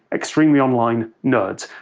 extremely-online nerds.